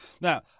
now